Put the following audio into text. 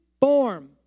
form